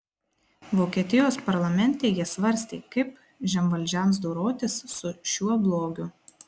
vokietijos parlamente jie svarstė kaip žemvaldžiams dorotis su šiuo blogiu